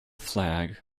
flag